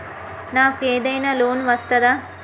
నాకు ఏదైనా లోన్ వస్తదా?